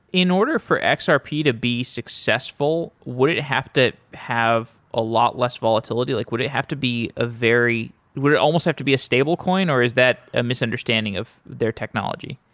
in order for and xrp to be successful, would it have to have a lot less volatility? like would it have to be a very would it almost have to be a stable coin or is that a misunderstanding of their technology?